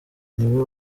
niwe